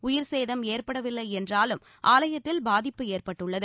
உயிர்ச் சேதம் ஏற்படவில்லை என்றாலும் ஆலயத்தில் பாதிப்பு ஏற்பட்டுள்ளது